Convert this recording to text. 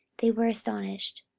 they were astonished.